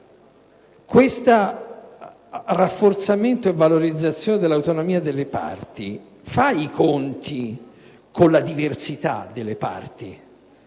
questo rafforzamento e valorizzazione dell'autonomia delle parti faccia i conti con la diversità delle parti.